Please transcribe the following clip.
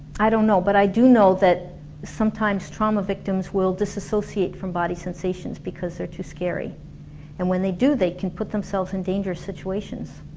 i don't know, but i do know that sometimes trauma victims will disassociate from body sensations because they're too scary and when they do they can put themselves in dangerous situations